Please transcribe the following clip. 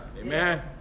Amen